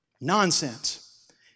Nonsense